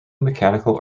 mechanical